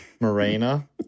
Marina